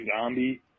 zombie